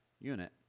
unit